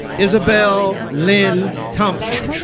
isabelle lynn thompson